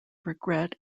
regret